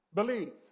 Believe